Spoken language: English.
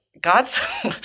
God's